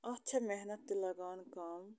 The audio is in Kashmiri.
اَتھ چھےٚ محنت تہِ لگان کَم